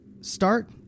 Start